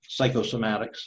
psychosomatics